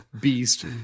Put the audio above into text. beast